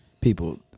people